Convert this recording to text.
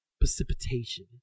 precipitation